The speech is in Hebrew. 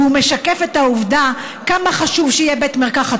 והוא משקף את העובדה כמה חשוב שיהיה בית מרקחת